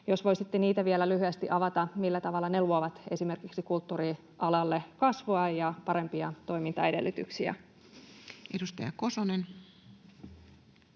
Jos voisitte vielä lyhyesti avata niitä ja sitä, millä tavalla ne luovat esimerkiksi kulttuurialalle kasvua ja parempia toimintaedellytyksiä. [Speech